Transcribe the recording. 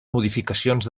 modificacions